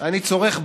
אני צורך בשר,